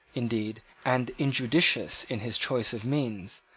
indeed, and injudicious in his choice of means,